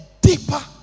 deeper